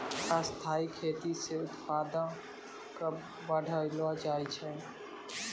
स्थाइ खेती से उत्पादो क बढ़लो जाय छै